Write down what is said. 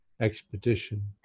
expedition